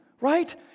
Right